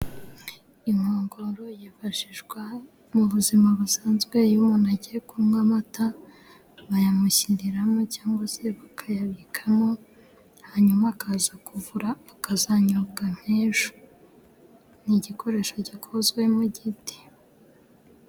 Inkongoro yifashishwa mu buzima busanzwe iyo umuntu agiye kunywa amata bayamushyiriramo cyangwa se bakayabikamo hanyuma akaza kuvura akazanyobwa nk'ejo. Ni igikoresho gikozwemo mu giti.